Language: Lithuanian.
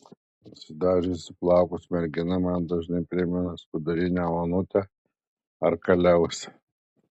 nusidažiusi plaukus mergina man dažnai primena skudurinę onutę ar kaliausę